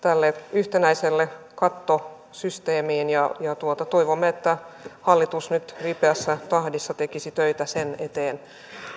yhtenäiseen kattosysteemiin ja toivomme että hallitus nyt ripeässä tahdissa tekisi töitä sen eteen